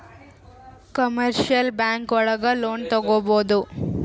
commercial bank ಒಳಗ loan ತಗೊಬೋದು